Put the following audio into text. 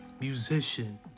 musician